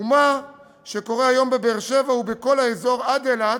ומה שקורה היום בבאר-שבע ובכל האזור, עד אילת,